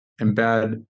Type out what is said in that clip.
embed